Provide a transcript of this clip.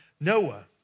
Noah